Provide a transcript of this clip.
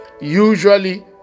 Usually